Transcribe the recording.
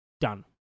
Done